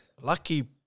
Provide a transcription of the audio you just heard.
lucky